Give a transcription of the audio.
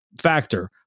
factor